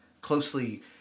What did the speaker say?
closely